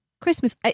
Christmas